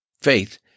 faith